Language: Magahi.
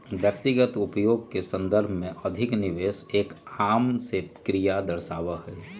व्यक्तिगत उपभोग के संदर्भ में अधिक निवेश एक आम से क्रिया के दर्शावा हई